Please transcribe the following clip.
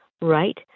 right